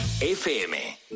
FM